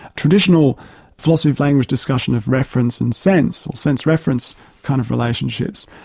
traditional philosophy of language discussion of reference and sense, or sense reference kind of relationships.